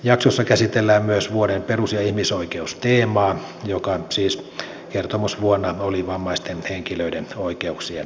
jaksossa käsitellään myös vuoden perus ja ihmisoikeusteemaa joka siis kertomusvuonna oli vammaisten henkilöiden oikeuksien toteutuminen